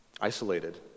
Isolated